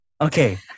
Okay